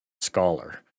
scholar